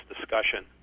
discussion